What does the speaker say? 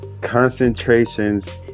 Concentrations